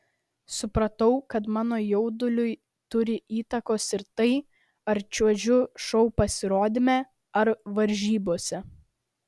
supratau kad mano jauduliui turi įtakos ir tai ar čiuožiu šou pasirodyme ar varžybose